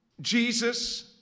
Jesus